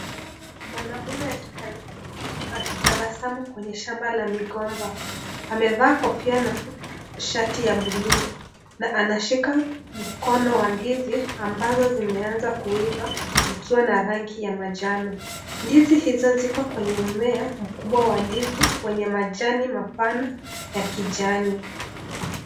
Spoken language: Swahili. Mwanamume akitabasamu kwenye shamba la migomba. Amevaa kofia na shati ya bluu na anashika mkono wa ndizi, ambazo zimeanza kuiva, zikiwa na rangi ya manjano. Ndizi hizo ziko kwenye mmea mkubwa wa ndizi, wenye majani mapana ya kijani.